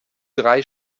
drei